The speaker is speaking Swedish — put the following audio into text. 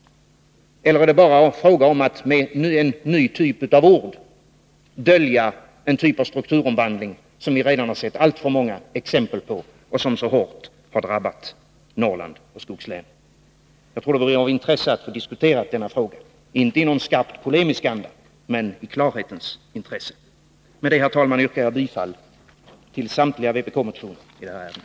Eller är det bara fråga om att med en ny typ av ord dölja en typ av strukturomvandling som vi redan sett alltför många exempel på och som så hårt har drabbat Norrland och skogslänen. Jagtror det vore av intresse att få diskutera denna fråga, inte i någon skarpt polemisk anda, men i klarhetens intresse. Med detta, herr talman, yrkar jag bifall till samtliga aktuella vpk-motioner i detta ärende.